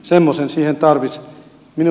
semmoisen siihen tarvitsisi